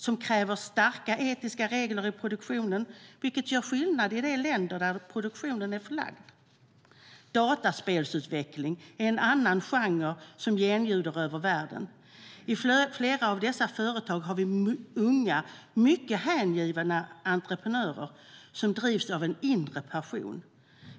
Den kräver starka etiska regler i produktionen, vilket gör skillnad i de länder där produktionen är förlagd. Dataspelsutveckling är en annan bransch som genljuder över världen. I flera av dessa företag har vi unga, mycket hängivna entreprenörer som drivs av en inre passion.